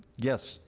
yes,